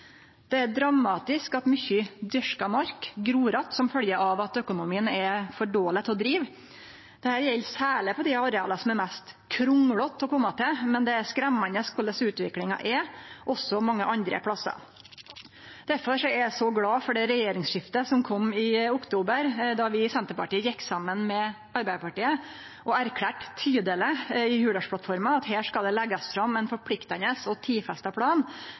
Det er dramatisk at mykje dyrka mark gror att som følgje av at økonomien er for dårleg til å drive. Dette gjeld særleg på dei areala som er mest vanskelege å kome til, men det er skremmande korleis utviklinga er også mange andre plassar. Derfor er eg så glad for det regjeringsskiftet som kom i oktober, då vi i Senterpartiet gjekk saman med Arbeidarpartiet og erklærte tydeleg i Hurdalsplattforma at her skal det leggjast fram ein forpliktande og tidfesta plan